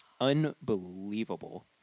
unbelievable